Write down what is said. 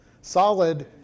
solid